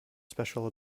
special